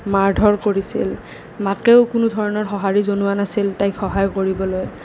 মাৰ ধৰ কৰিছিল মাকেও কোনো ধৰণৰ সঁহাৰি জনোৱা নাছিল তাইক সহায় কৰিবলৈ